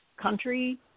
country